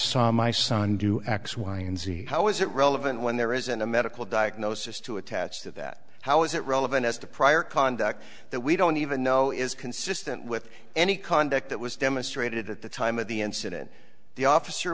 saw my son do x y and z how is it relevant when there isn't a medical diagnosis to attach to that how is it relevant as to prior conduct that we don't even know is consistent with any conduct that was demonstrated at the time of the incident the officer